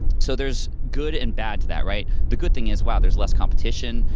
so there's good and bad to that, right? the good thing is wow, there's less competition,